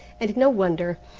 and no wonder,